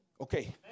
Okay